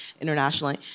internationally